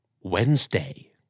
Wednesday